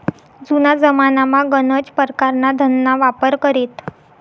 जुना जमानामा गनच परकारना धनना वापर करेत